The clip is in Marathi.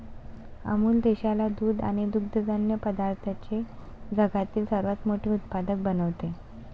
अमूल देशाला दूध आणि दुग्धजन्य पदार्थांचे जगातील सर्वात मोठे उत्पादक बनवते